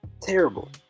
Terrible